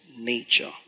nature